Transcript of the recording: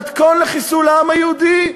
מתכון לחיסול העם היהודי.